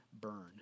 burn